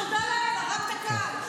תודה לאל, הרג את הקהל.